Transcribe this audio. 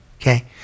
Okay